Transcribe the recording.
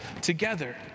together